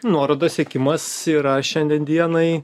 nuorodos siekimas yra šiandien dienai